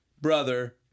brother